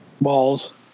Balls